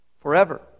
Forever